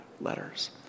letters